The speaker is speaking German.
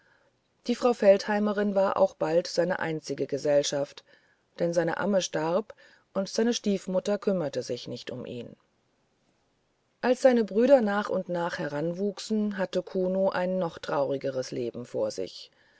die frau feldheimerin war auch bald seine einzige gesellschaft denn seine amme starb und seine stiefmutter kümmerte sich nicht um ihn als seine brüder nach und nach heranwuchsen hatte kuno ein noch traurigeres leben als zuvor sie